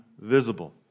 visible